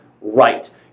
right